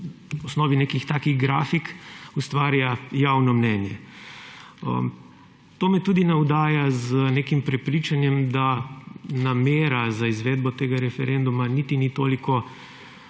na osnovi nekih takih grafik ustvarja javno mnenje. To me tudi navdaja z nekim prepričanjem, da namera za izvedbo tega referenduma niti ni toliko